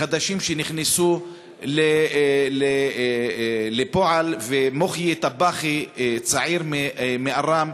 חדשים שנכנסו לפועל, ומוחיי טבאח'י, צעיר מא-ראם,